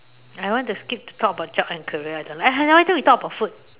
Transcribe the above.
I want to skip to talk about job and career I don't like ah why don't we talk about food